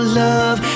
love